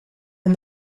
and